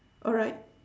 alright